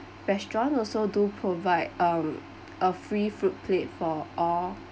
restaurant also do provide um a free fruit plate for all